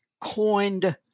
coined